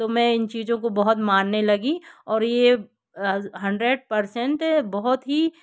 तो मैं इन चीज़ों को बहुत मानने लगीं और ये हंड्रेड परसेंट बहुत ही